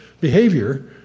behavior